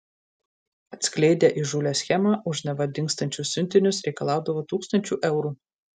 atskleidė įžūlią schemą už neva dingstančius siuntinius reikalaudavo tūkstančių eurų